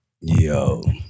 Yo